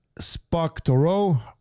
sparktoro